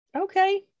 Okay